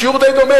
השיעור די דומה.